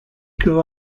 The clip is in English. grew